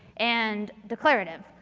and declarative.